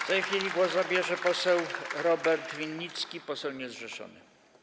W tej chwili głos zabierze poseł Robert Winnicki, poseł niezrzeszony.